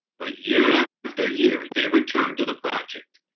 but year after year, they returned to the project,